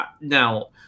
now –